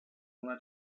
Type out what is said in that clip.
una